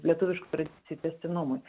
lietuviškų tradicijų tęstinumui